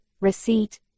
receipt